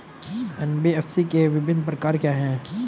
NBFC के विभिन्न प्रकार क्या हैं?